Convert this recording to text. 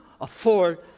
afford